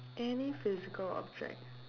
any physical object